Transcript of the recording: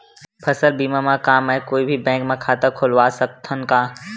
फसल बीमा बर का मैं कोई भी बैंक म खाता खोलवा सकथन का?